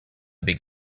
big